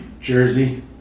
Jersey